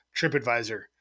TripAdvisor